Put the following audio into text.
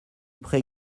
pré